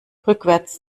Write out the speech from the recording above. rückwärts